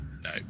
No